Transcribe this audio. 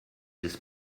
these